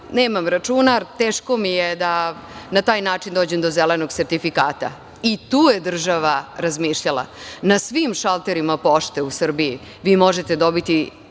nemam računar, teško mi je da na taj način dođem do zelenog sertifikata. I tu je država razmišljala. Na svim šalterima pošte u Srbiji vi možete dobiti